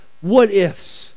what-ifs